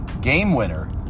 game-winner